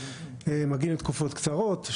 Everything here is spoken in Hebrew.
מגיעים לתקופות קצרות,